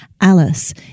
Alice